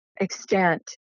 extent